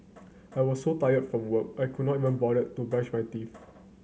I was so tired from work I could not even bother to brush my teeth